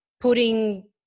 putting